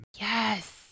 Yes